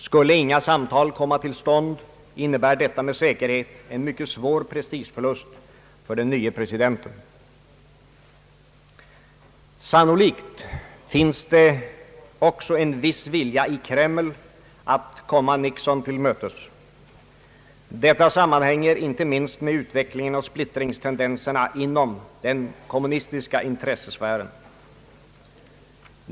Skulle inga samtal komma till stånd innebär detta med säkerhet en mycket svå prestigeförlust för den nye presidenten. Sannolikt finns det också en viss vilja i Kreml att komma Nixon till mötes. Detta sammanhänger inte minst med utvecklingen och splittringstendenserna inom den kommunistiska intressesfären.